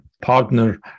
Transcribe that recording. partner